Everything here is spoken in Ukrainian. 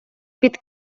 під